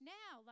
now